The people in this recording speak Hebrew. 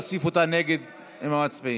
להוסיף אותה נגד, עם המצביעים.